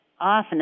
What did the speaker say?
often